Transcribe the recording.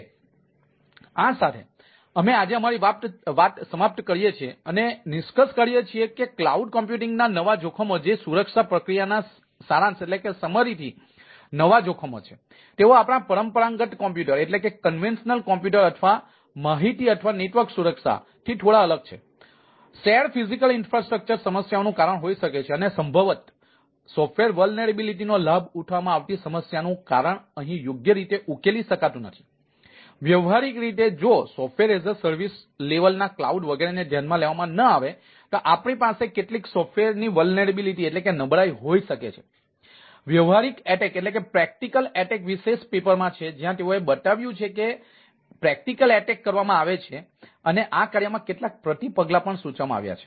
તેથી આ સાથે અમે આજે અમારી વાત સમાપ્ત કરીએ છીએ અને નિષ્કર્ષ કાઢીએ છીએ કે ક્લાઉડ કમ્પ્યુટિંગ વિશેષ પેપરમાં છે જ્યાં તેઓએ બતાવ્યું છે કે વિશેષ હુમલાઓ કરવામાં આવે છે અને આ કાર્યમાં કેટલાક પ્રતિપગલાં પણ સૂચવવામાં આવ્યા છે